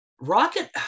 Rocket